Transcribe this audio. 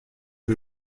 who